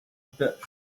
bush